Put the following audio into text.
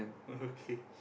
okay